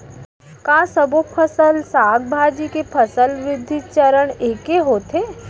का सबो फसल, साग भाजी के फसल वृद्धि चरण ऐके होथे?